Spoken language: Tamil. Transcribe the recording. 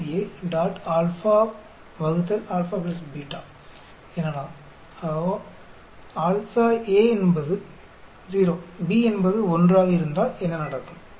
எனவே A என்பது 0 B என்பது 1 ஆக இருந்தால் என்ன நடக்கும்